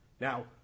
Now